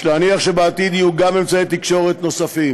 יש להניח שבעתיד יהיו גם אמצעי תקשורת נוספים.